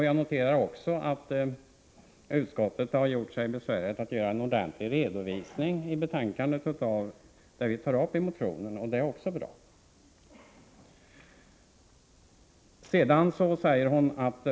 Jag noterar också att utskottet har gjort sig besväret att göra en ordentlig redovisning i betänkandet av vad vi tar upp i motionen, och det är också bra.